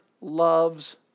loves